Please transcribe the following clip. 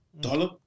dollar